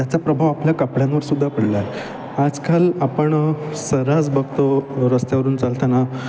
त्याचा प्रभाव आपल्या कपड्यांवर सुद्धा पडला आहे आजकाल आपण सर्रास बघतो रस्त्यावरून चालताना